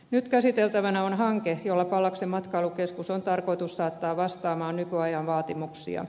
nyt käsiteltävänä on hanke jolla pallaksen matkailukeskus on tarkoitus saattaa vastaamaan nykyajan vaatimuksia